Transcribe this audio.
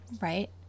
right